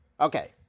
Okay